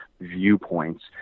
viewpoints